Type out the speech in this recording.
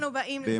באמת.